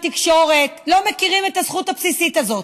מהתקשורת לא מכירים את הזכות הבסיסית הזאת.